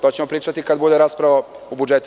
To ćemo pričati kada bude rasprava o budžetu.